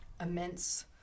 immense